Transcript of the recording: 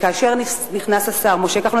וכאשר נכנס השר משה כחלון,